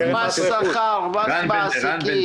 מס שכר ומס מעסיקים.